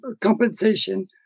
compensation